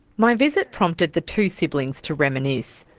my visit prompted the two siblings to reminisce.